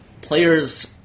players